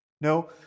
No